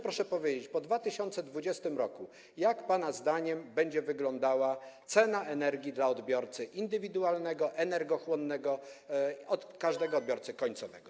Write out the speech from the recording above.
Proszę powiedzieć, jak po 2020 r., pana zdaniem, będą wyglądały ceny energii dla odbiorcy indywidualnego, energochłonnego, każdego odbiorcy końcowego.